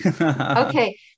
Okay